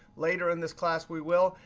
later in this class we will.